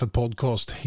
podcast